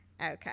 Okay